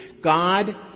God